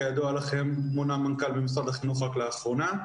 כידוע לכם, מונה מנכ"ל במשרד החינוך רק לאחרונה.